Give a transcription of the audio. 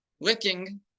licking